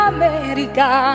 America